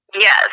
Yes